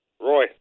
Roy